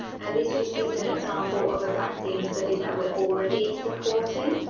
and this just gives an example of a vaccine study that we're already supporting.